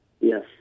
Yes